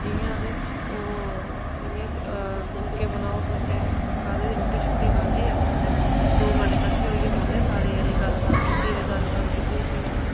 इयां ते फुल्क बनाओ फुल्के खाद्धे रुट्टी शुट्टी खाद्धी अपने ते दो मेंट किट्ठे होइयै बैह्न्ने सारे जने गल्ल बात कीती गल्ल बात कीती ते फ्ही अपने